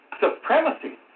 Supremacy